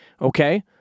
Okay